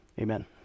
amen